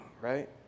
right